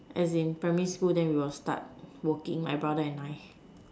as in primary school then we will start working my brother and I